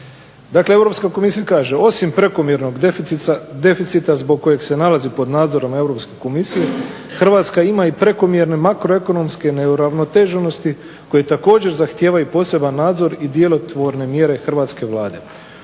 Dakle, Europska komisija kaže: "Osim prekomjernog deficita zbog kojeg se nalazi pod nadzorom Europske komisije Hrvatska ima i prekomjerne makroekonomske neuravnotežnosti koje također zahtijevaju poseban nadzor i djelotvorne mjere hrvatske Vlade.